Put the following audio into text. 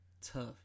tough